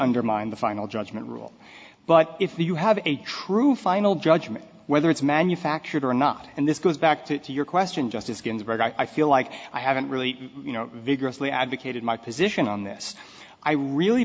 undermined the final judgment rule but if you have a true final judgment whether it's manufactured or not and this goes back to your question justice ginsburg i feel like i haven't really you know vigorously advocated my position on this i really